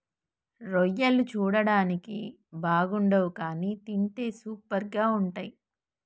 రొయ్యలు చూడడానికి బాగుండవ్ కానీ తింటే సూపర్గా ఉంటయ్